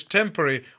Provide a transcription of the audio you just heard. temporary